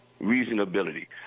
reasonability